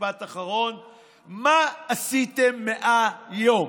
מה עשיתם 100 יום,